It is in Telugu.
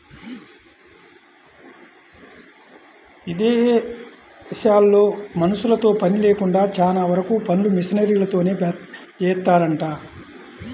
ఇదేశాల్లో మనుషులతో పని లేకుండా చానా వరకు పనులు మిషనరీలతోనే జేత్తారంట